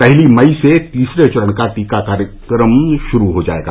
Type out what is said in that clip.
पहली मई से तीसरे चरण का टीकाकरण कार्यक्रम शुरू हो जायेगा